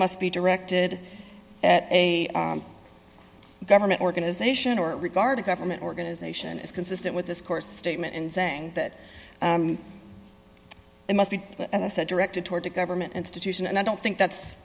must be directed at a government organization or regarded government organization is consistent with this course statement and saying that it must be directed toward a government institution and i don't think that's